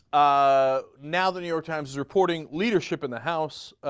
ah now the new york times reporting leadership in the house